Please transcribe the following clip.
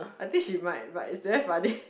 I think she might but it's very funny